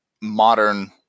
modern